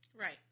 Right